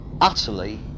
utterly